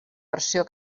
versió